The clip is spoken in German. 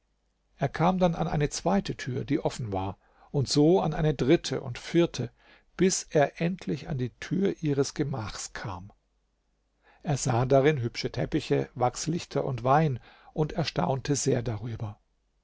er kam dann an eine zweite tür die offen war und so an eine dritte und vierte bis er endlich an die tür ihres gemachs kam er sah darin hübsche teppiche wachslichter und wein und erstaunte sehr darüber